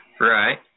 Right